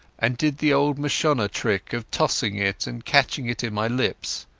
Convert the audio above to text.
and did the old mashona trick of tossing it and catching it in my lips.